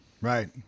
Right